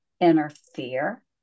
interfere